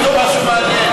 משהו מעניין.